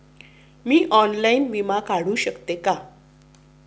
मी online विमा काढू शकते का?